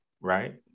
right